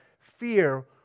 fear